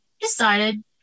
decided